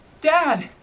Dad